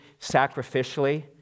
sacrificially